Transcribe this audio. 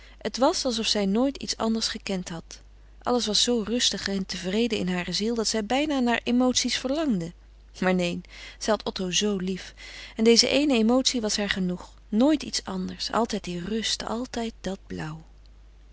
het was alsof zij nooit iets anders gekend had alles was zoo rustig en tevreden in hare ziel dat zij bijna naar emoties verlangde maar neen zij had otto zoo lief en deze eene emotie was haar genoeg nooit iets anders altijd die rust altijd dat blauw